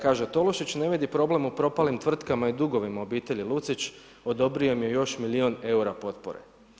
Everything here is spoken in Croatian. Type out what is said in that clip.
Kaže: „Tolušić ne vidi problem u propalim tvrtkama i dugovima obitelji Lucić, odobrio im je još milijun eura potpore.